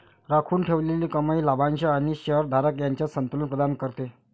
राखून ठेवलेली कमाई लाभांश आणि शेअर धारक यांच्यात संतुलन प्रदान करते